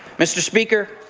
mr. speaker,